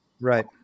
Right